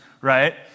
right